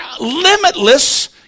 limitless